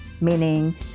meaning